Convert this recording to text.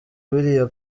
biriya